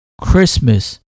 Christmas